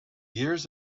years